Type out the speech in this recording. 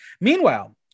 Meanwhile